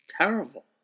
terrible